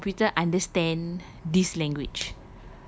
make the computer understand this language